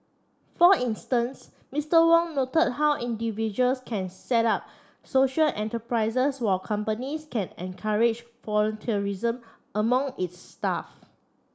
for instance Mister Wong noted how individuals can set up social enterprises while companies can encourage volunteerism among its staff